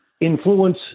influence